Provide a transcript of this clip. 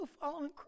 following